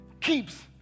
keeps